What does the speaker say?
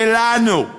שלנו,